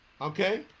Okay